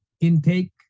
intake